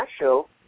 show